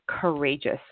Courageous